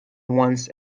once